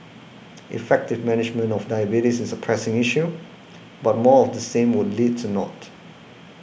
effective management of diabetes is a pressing issue but more of the same would lead to naught